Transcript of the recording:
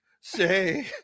say